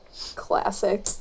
classic